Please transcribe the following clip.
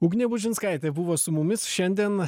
ugnė bužinskaitė buvo su mumis šiandien